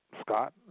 Scott